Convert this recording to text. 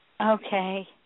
Okay